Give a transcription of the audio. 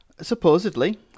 supposedly